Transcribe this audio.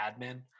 admin